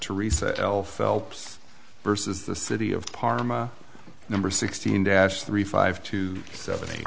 theresa l phelps versus the city of parma number sixteen dash three five two seven eight